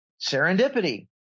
serendipity